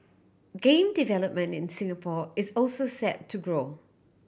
game development in Singapore is also set to grow